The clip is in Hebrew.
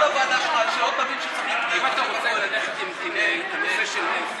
ההצעה להעביר את הצעת חוק נכי רדיפות הנאצים (תיקון מס 20)